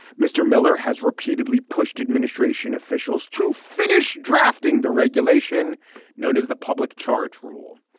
mr miller has repeatedly pushed administration officials to finish drafting the regulation known as the public charge rule.